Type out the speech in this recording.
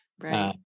right